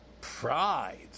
pride